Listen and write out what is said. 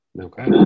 Okay